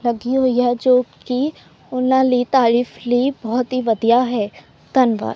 ਲੱਗੀ ਹੋਈ ਹੈ ਜੋ ਕਿ ਉਹਨਾਂ ਲਈ ਤਾਰੀਫ਼ ਲਈ ਬਹੁਤ ਹੀ ਵਧੀਆ ਹੈ ਧੰਨਵਾਦ